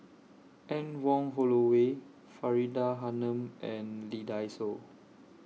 Anne Wong Holloway Faridah Hanum and Lee Dai Soh